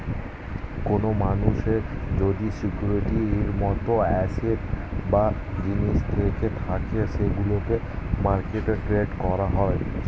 কোন মানুষের যদি সিকিউরিটির মত অ্যাসেট বা জিনিস থেকে থাকে সেগুলোকে মার্কেটে ট্রেড করা হয়